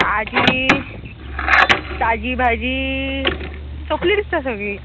ताजी ताजी भाजी सोंपली दिसता सगळी